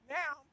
now